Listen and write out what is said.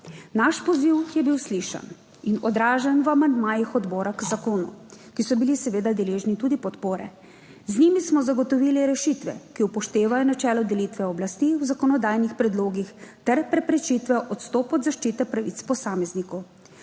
Naš poziv je bil slišan in odražen v amandmajih odbora k zakonu, ki so bili seveda deležni tudi podpore. 7. TRAK: (TB) - 14.30 (nadaljevanje) Z njimi smo zagotovili rešitve, ki upoštevajo načelo delitve oblasti v zakonodajnih predlogih ter preprečitve odstopa od zaščite pravic posameznikov.